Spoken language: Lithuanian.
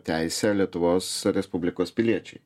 teisę lietuvos respublikos piliečiai